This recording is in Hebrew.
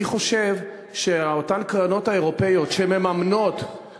אני חושב שאותן קרנות אירופיות שמממנות,